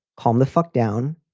calm the fuck down.